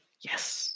Yes